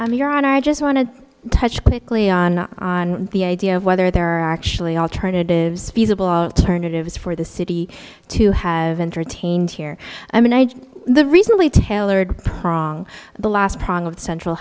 i mean you're on i just want to touch quickly on the idea of whether there are actually alternatives feasible alternatives for the city to have entertained here i mean i the recently tailored prong the last